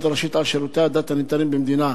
הראשית על שירותי הדת הניתנים במדינה,